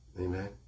Amen